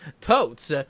totes